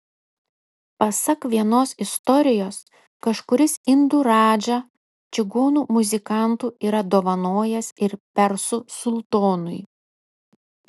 pasak vienos istorijos kažkuris indų radža čigonų muzikantų yra dovanojęs ir persų sultonui